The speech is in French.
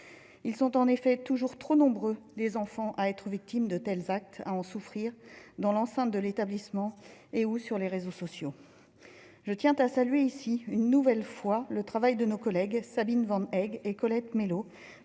sont en effet toujours trop nombreux à être victimes de tels actes et à en souffrir, dans l'enceinte de l'établissement et/ou sur les réseaux sociaux. Je tiens à saluer ici, une nouvelle fois, le travail de nos collègues Sabine Van Heghe et Colette Mélot